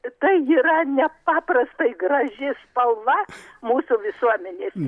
tai yra nepaprastai graži spalva mūsų visuomenės